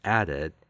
added